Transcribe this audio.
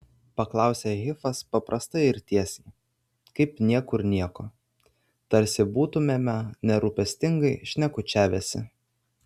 paklausė hifas paprastai ir tiesiai kaip niekur nieko tarsi būtumėme nerūpestingai šnekučiavęsi